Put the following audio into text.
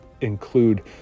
include